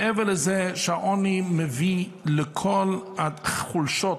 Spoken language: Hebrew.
מעבר לזה שהעוני מביא לכל החולשות,